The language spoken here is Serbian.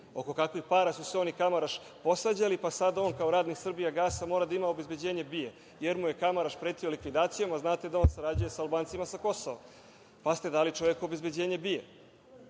Oko kakvih para su se on i Kamaraš posvađali, pa sada on kao radnik „Srbijagasa“ mora da ima obezbeđenje BIA, jer mu je Kamaraš pretio likvidacijama, a znate da on sarađuje sa Albancima sa Kosova? Pa ste dali čoveku obezbeđenje BIA.